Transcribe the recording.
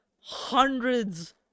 hundreds